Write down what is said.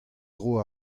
dro